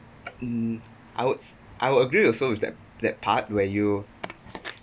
um I would I would agree also with that that part where you